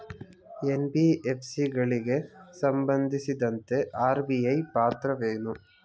NBFC ಗಳಿಗೆ ಸಂಬಂಧಿಸಿದಂತೆ RBI ಪಾತ್ರವೇನು?